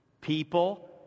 People